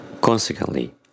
Consequently